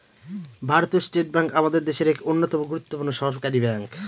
ভারতীয় state bank আমাদের দেশের এক অন্যতম গুরুত্বপূর্ণ সরকারি ব্যাঙ্ক